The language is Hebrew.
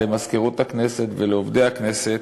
למזכירות הכנסת ולעובדי הכנסת,